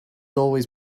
always